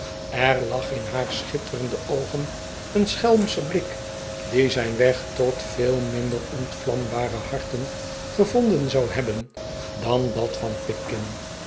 er lag in haar schitterende oogen een schelmsche blik die zijn weg tot veel minder ontvlambare harten gevonden zou hebben dan dat van